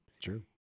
true